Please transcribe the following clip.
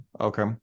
okay